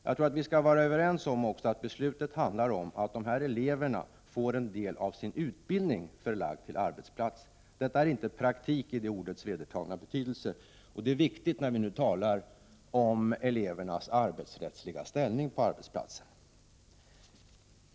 Jag tror att vi skall vara överens om att beslutet handlar om att eleverna får en del av sin utbildning förlagd till en arbetsplats. Detta är inte praktik i ordets vedertagna betydelse, och det är viktigt när man talar om elevernas arbetsrättsliga ställning på arbetsplatserna.